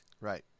right